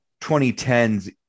2010s